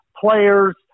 players